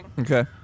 Okay